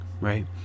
right